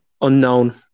unknown